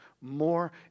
more